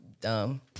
Dumb